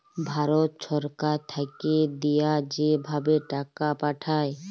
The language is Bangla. ভারত ছরকার থ্যাইকে দিঁয়া যে ভাবে টাকা পাঠায়